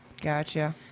gotcha